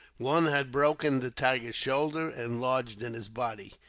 one had broken the tiger's shoulder, and lodged in his body.